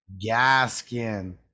gaskin